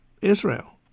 Israel